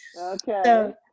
okay